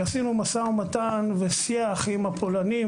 קיימנו משא ומתן ושיח עם הפולנים,